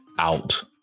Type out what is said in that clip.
Out